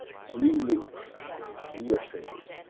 blue links u s a.